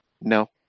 No